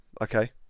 Okay